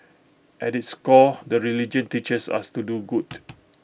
at its core the religion teaches us to do good